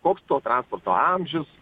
koks to transporto amžius